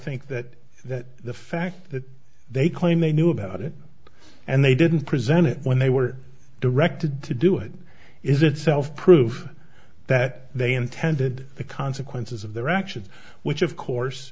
think that that the fact that they claim they knew about it and they didn't present it when they were directed to do it is itself proof that they intended the consequences of their actions which of course